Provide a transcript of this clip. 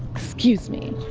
excuse me